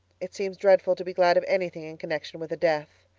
it seems dreadful to be glad of anything in connection with a death,